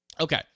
Okay